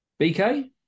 bk